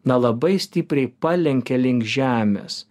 na labai stipriai palenkė link žemės